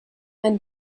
and